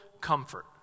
comfort